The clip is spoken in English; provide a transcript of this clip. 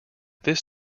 this